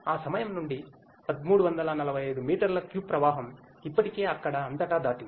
ఆ సమయం నుండి 1345 మీటర్ల క్యూబ్ ప్రవాహం ఇప్పటికే అక్కడ అంతటా దాటింది